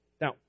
Now